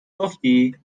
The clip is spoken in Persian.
گفتی